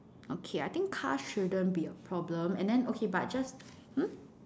okay I think cars shouldn't be a problem and then okay but just hmm